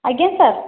ଆଜ୍ଞା ସାର୍